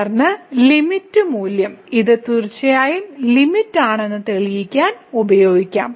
തുടർന്ന് ലിമിറ്റ് മൂല്യം ഇത് തീർച്ചയായും ലിമിറ്റ് ആണെന്ന് തെളിയിക്കാൻ ഉപയോഗിക്കാം